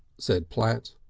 said platt.